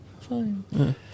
fine